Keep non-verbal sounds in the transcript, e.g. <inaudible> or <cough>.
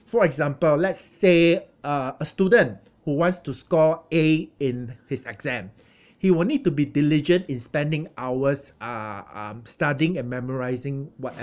for example let's say uh a student who wants to score A in his exam <breath> he will need to be diligent in spending hours uh um studying and memorising whatev~